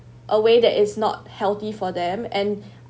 a way that is not healthy for them and